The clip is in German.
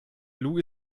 lou